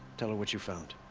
tell her what you found.